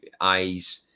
eyes